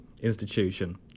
institution